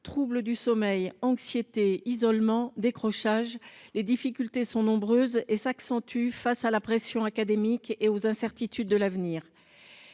Troubles du sommeil, anxiété, isolement, décrochage, les difficultés sont nombreuses et s’accentuent face à la pression académique et aux incertitudes liées à l’avenir.